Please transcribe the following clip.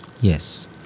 yes